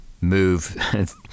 move